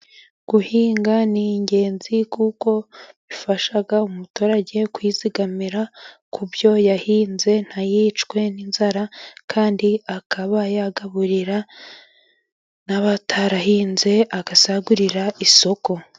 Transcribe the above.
Guhinga ni ingenzi kuko bifasha umuturage kwizigamira ku byo yahinze ntiyicwe n'inzara, kandi akaba yagaburira n'abatarahinze, agasagurira isoko.